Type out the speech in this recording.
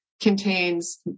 contains